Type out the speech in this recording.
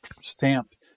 stamped